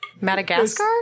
Madagascar